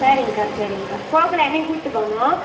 சரிங்ககா சரிங்ககா போக்குள்ளே என்னையும் கூட்டுப் போங்க